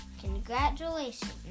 Congratulations